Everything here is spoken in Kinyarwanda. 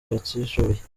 abatishoboye